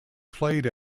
played